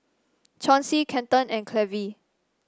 Chauncey Kenton and Clevie